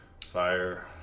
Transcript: fire